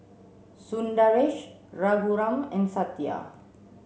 Sundaresh Raghuram and Satya